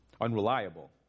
unreliable